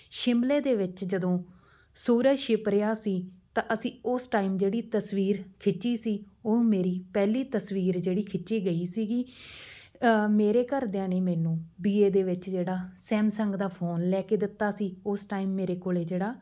ਸ਼ਿਮਲੇ ਦੇ ਵਿੱਚ ਜਦੋਂ ਸੂਰਜ ਛਿਪ ਰਿਹਾ ਸੀ ਤਾਂ ਅਸੀਂ ਉਸ ਟਾਈਮ ਜਿਹੜੀ ਤਸਵੀਰ ਖਿੱਚੀ ਸੀ ਉਹ ਮੇਰੀ ਪਹਿਲੀ ਤਸਵੀਰ ਜਿਹੜੀ ਖਿੱਚੀ ਗਈ ਸੀਗੀ ਮੇਰੇ ਘਰਦਿਆਂ ਨੇ ਮੈਨੂੰ ਬੀ ਏ ਦੇ ਵਿੱਚ ਜਿਹੜਾ ਸੈਮਸੰਗ ਦਾ ਫ਼ੋਨ ਲੈ ਕੇ ਦਿੱਤਾ ਸੀ ਉਸ ਟਾਈਮ ਮੇਰੇ ਕੋਲੇ ਜਿਹੜਾ